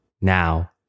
Now